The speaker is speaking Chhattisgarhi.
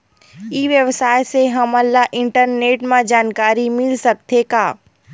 ई व्यवसाय से हमन ला इंटरनेट मा जानकारी मिल सकथे का?